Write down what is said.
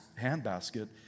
handbasket